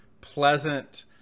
pleasant